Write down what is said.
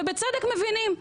ובצדק מבינים,